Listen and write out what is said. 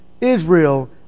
Israel